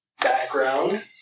background